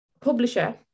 publisher